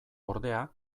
ordea